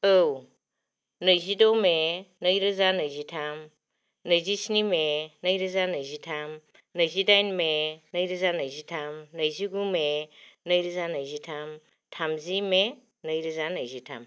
औ नैजिद' मे नैरोजा नैजिथाम नैजिस्नि मे नैरोजा नैजिथाम नैजिदाइन मे नैरोजा नैजिथाम नैजिगु मे नैरोजा नैजिथाम थामजि मे नैरोजा नैजिथाम